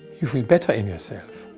you feel better in yourself.